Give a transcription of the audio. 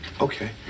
Okay